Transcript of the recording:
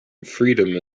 freedom